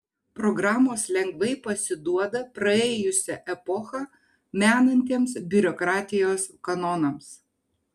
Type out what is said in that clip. programos lengvai pasiduoda praėjusią epochą menantiems biurokratijos kanonams